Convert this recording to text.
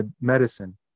medicine